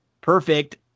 Perfect